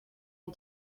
and